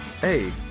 Hey